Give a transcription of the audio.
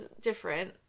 different